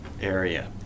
area